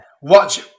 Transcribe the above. watch